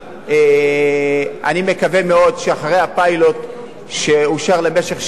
אני מקווה מאוד שאחרי הפיילוט שאושר למשך שנה,